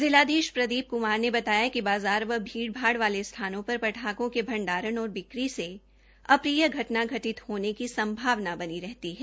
जिलाधीश प्रदीप कुमार ने बताया कि बाजार व भीड़ भाड़ वाले स्थानों पर पटाखों के भंडारण और बिक्री से अप्रिय घटना घटित होने की संभावना बनी रहती है